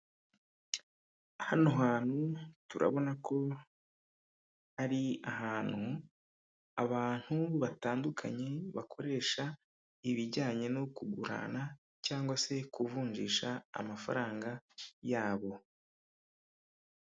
Hano hantu turabona ko ari ahantu abantu batandukanye bakoresha ibijyanye no kugurana cyangwa se kuvunjisha amafaranga yabo.